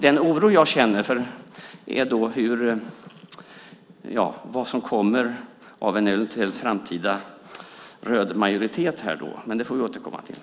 Den oro jag känner gäller vad som kommer ut av en eventuell framtida röd majoritet, men det får vi återkomma till.